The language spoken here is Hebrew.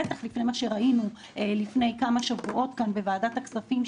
בטח לפי מה שראינו לפני כמה שבועות כאן בוועדת הכספים,